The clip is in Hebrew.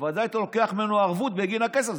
בוודאי אתה לוקח ממנו ערבות בגין הכסף.